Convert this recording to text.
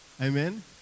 Amen